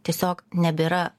tiesiog nebėra